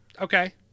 Okay